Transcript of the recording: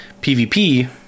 PVP